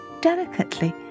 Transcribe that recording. delicately